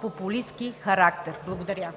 популистки характер. Благодаря.